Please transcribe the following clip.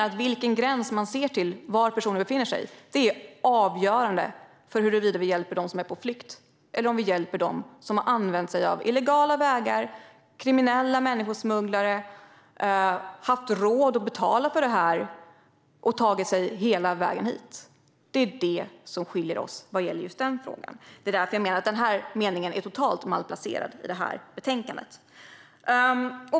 Vid vilken gräns personen då befinner sig är avgörande för huruvida vi hjälper dem som är på flykt eller dem som har använt sig av illegala vägar eller kriminella människosmugglare och haft råd att betala för att ta sig hela vägen hit. Det är detta som skiljer oss. Det är därför jag menar att denna mening är totalt malplacerad i betänkandet.